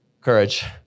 courage